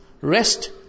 Rest